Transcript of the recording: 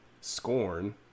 Scorn